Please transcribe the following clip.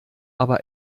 aber